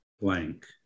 blank